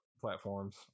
platforms